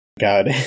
God